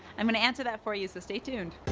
i'm going to answer that for you so stay tuned.